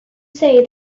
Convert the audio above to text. say